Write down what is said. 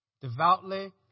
devoutly